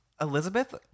Elizabeth